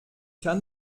kann